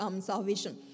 salvation